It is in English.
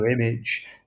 image